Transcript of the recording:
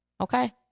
Okay